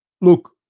Look